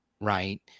Right